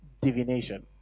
divination